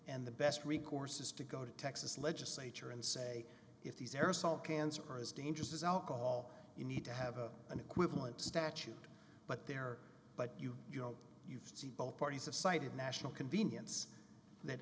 and the best recourse is to go to texas legislature and say if these aerosol cans are as dangerous as alcohol you need to have a an equivalent statute but there but you know you see both parties have cited national convenience that